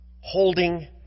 holding